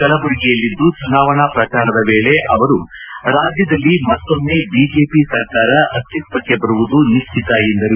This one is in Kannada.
ಕಲಬುರಗಿಯಲ್ಲಿಂದು ಚುನಾವಣಾ ಪ್ರಚಾರದ ವೇಳೆ ಅವರು ರಾಜ್ಯದಲ್ಲಿ ಮತ್ತೊಮ್ಮೆ ಬಿಜೆಪಿ ಸರ್ಕಾರ ಅಸ್ತಿತ್ವಕ್ಷೆ ಬರುವುದು ನಿಶ್ಚಿತ ಎಂದರು